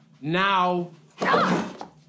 Now